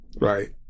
right